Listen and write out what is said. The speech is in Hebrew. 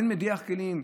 אין מדיח כלים?